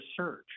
search